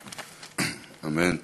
אמן.